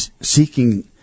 seeking